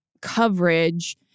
coverage